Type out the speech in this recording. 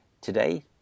today